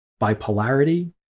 bipolarity